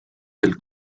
del